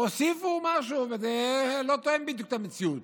הוסיפו משהו, אבל זה לא תואם בדיוק את המציאות.